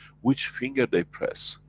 which finger they press.